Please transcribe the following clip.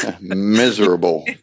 miserable